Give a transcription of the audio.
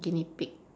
guinea pig